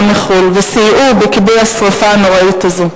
מחו"ל וסייעו בכיבוי השרפה הנוראית הזו.